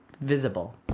visible